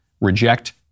reject